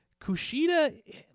Kushida